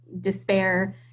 despair